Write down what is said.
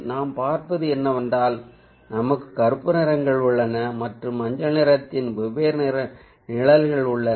நாம் பார்ப்பது என்னவென்றால் நமக்கு கருப்பு நிறங்கள் உள்ளன மற்றும் மஞ்சள் நிறத்தின் வெவ்வேறு நிழல்கள் உள்ளன